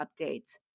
updates